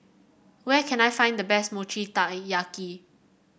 where can I find the best Mochi Taiyaki